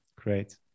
great